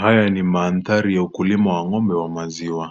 Haya ni mandhari ya ukulima wa ng'ombe wa maziwa.